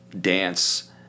dance